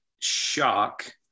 shock